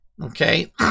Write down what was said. Okay